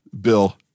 Bill